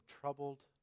troubled